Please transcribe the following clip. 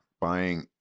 buying